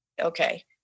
okay